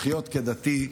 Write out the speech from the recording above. לחיות כדתי,